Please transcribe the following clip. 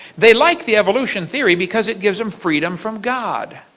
they like the evolution theory because it gives them freedom from god.